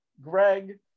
Greg